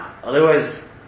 Otherwise